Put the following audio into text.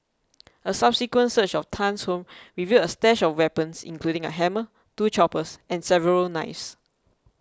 a subsequent search of Tan's home revealed a stash of weapons including a hammer two choppers and several knives